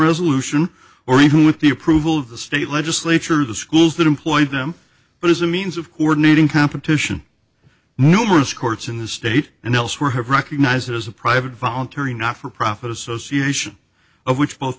resolution or even with the approval of the state legislature the schools that employed them but as a means of coordinating competition numerous courts in the state and elsewhere have recognized it as a private voluntary not for profit association of which both